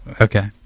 Okay